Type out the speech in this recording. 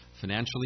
financially